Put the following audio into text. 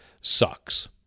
sucks